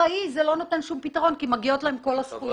לא נותן שום פתרון, מגיעות לו כל הזכויות.